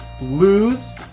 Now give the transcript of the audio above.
lose